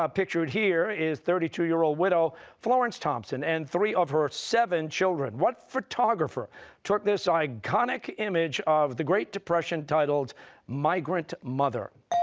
ah pictured here is thirty two year old widow florence thompson and three of her seven children. what photographer took this iconic image of the great depression, titled migrant mother?